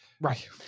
Right